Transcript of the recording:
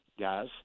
guys